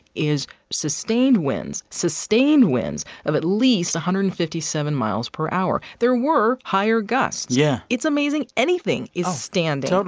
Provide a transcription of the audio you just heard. is sustained winds sustained winds of at least one hundred and fifty seven miles per hour. there were higher gusts yeah it's amazing anything is standing. um